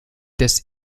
des